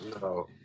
No